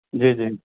جی جی